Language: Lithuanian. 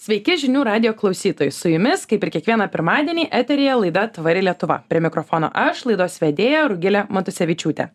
sveiki žinių radijo klausytojai su jumis kaip ir kiekvieną pirmadienį eteryje laida tvari lietuva prie mikrofono aš laidos vedėja rugilė matusevičiūtė